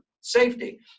safety